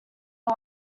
are